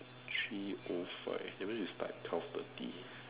three o five everything is by twelve thirty